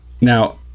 Now